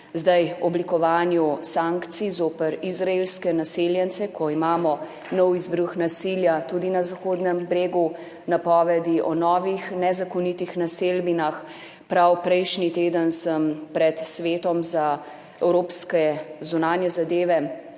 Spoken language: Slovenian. pri oblikovanju sankcij zoper izraelske naseljence, ko imamo nov izbruh nasilja tudi na Zahodnem bregu, napovedi o novih nezakonitih naselbinah. Prav prejšnji teden sem pred svetom za evropske zunanje zadeve